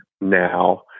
now